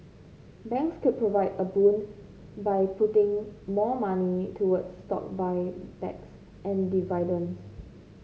banks could provide a boon by putting more money toward stock buybacks and dividends